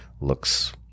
looks